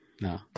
no